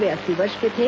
वे अस्सी वर्ष के थे